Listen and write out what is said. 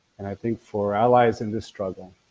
and i think for allies in this struggle,